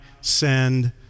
send